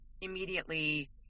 immediately